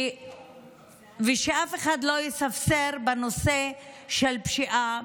ושאף אחד לא יספסר בנושא של פשיעה.